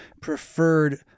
preferred